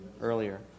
earlier